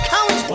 Count